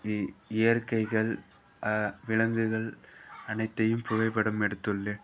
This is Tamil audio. இ இயற்கைகள் விலங்குகள் அனைத்தையும் புகைப்படம் எடுத்துள்ளேன்